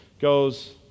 goes